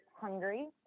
hungry